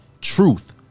truth